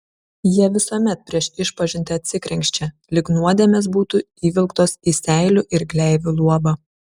jie visuomet prieš išpažintį atsikrenkščia lyg nuodėmės būtų įvilktos į seilių ir gleivių luobą